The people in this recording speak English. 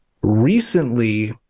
Recently